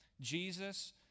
Jesus